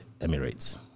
Emirates